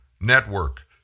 Network